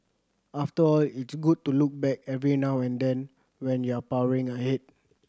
after all it's good to look back every now and then when you're powering ahead